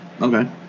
Okay